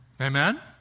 Amen